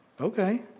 Okay